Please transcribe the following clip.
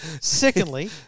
Secondly